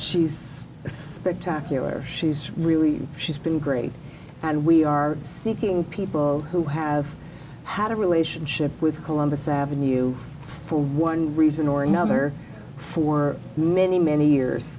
she's spectacular she's really she's been great and we are seeking people who have had a relationship with columbus avenue for one reason or another for many many years